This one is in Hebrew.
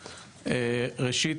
ראשית,